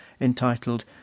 entitled